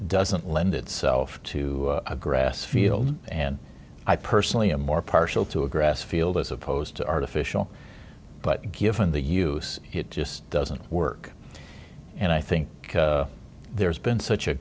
doesn't lend itself to a grass field and i personally i'm more partial to a grass field as opposed to artificial but given the use it just doesn't work and i think there's been such a